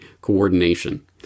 coordination